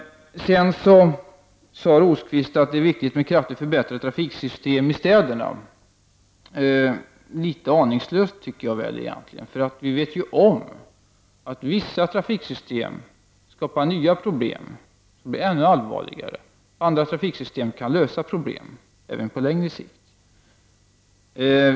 Birger Rosqvist sade att det var viktigt med ett förbättrat trafiksystem i städerna. Det är litet aningslöst. Vi vet att vissa trafiksystem skapar nya problem, som blir ännu allvarligare. Andra trafiksystem kan lösa problemen även på längre sikt.